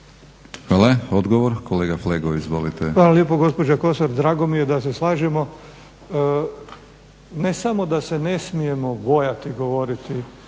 **Flego, Gvozden Srećko (SDP)** Hvala lijepo. Gospođo Kosor, drago mi je da se slažemo. Ne samo da se ne smijemo bojati govoriti